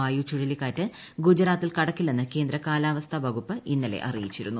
വായു ചുഴലിക്കാറ്റ് ഗുജറാത്തിൽ കടക്കില്ലെന്ന് കേന്ദ്ര കാലാവസ്ഥാ വകുപ്പ് ഇന്നലെ അറിയിച്ചിരുന്നു